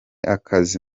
akazi